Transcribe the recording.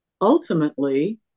ultimately